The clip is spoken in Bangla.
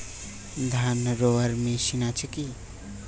ধান রোয়ার মেশিন আছে কি?